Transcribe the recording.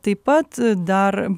taip pat dar